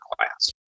class